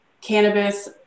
cannabis